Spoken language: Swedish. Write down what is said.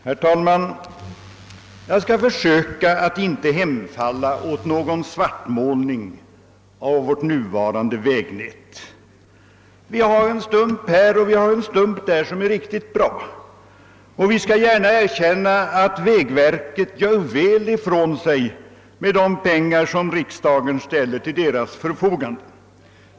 Herr talman! Jag skall försöka att inte hemfalla åt någon svartmålning av vårt nuvarande vägnäts «situation. Vi har en stump här och en där som är riktigt bra, och vi skall gärna erkänna att vägverket gör väl ifrån sig med de pengar som riksdagen ställer till dess förfogande.